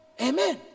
Amen